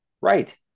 Right